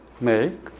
make